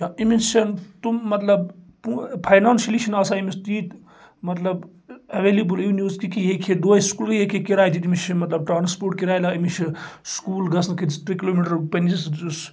یا أمِس چھِنہٕ تِم مطلب فینانشیلی چھِنہٕ آسان أمس تیٖتۍ مطلب ایٚولیبٕل یہِ نوزکہِ کہِ یہِ ہیٚکہِ ہا دۄہے سکوٗل یہِ ہیٚکہِ کراے تہِ دِتھ أمس چھِ مطلب ٹرانسپوٹ کراے أمس چھُ سکوٗل گژھنس أڑِس کِلو میٹر پَننس